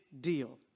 deal